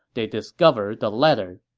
they discovered the letter.